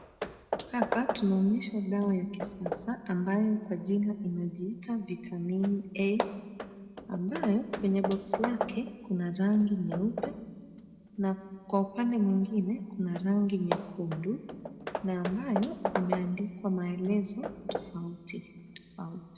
Hapa tunaonyeshwa dawa ya kisasa ambayo kwa jina inajiita Vitamin E ambayo kwenye boksi lake kuna rangi nyeupe na kwa upande mwingine kuna rangi nyekundu na ambayo imeandikwa maelezo tofauti tofauti.